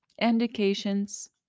indications